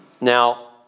Now